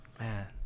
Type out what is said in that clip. Man